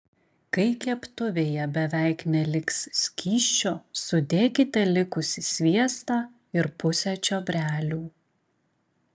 kai keptuvėje beveik neliks skysčio sudėkite likusį sviestą ir pusę čiobrelių